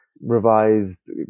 revised